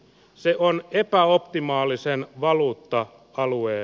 se on epäoptimaaliseen valuutta alue